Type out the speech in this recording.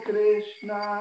Krishna